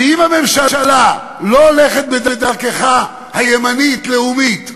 אם הממשלה לא הולכת בדרכך הימנית-לאומית,